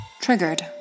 Triggered